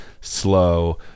slow